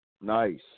Nice